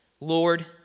Lord